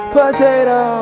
potato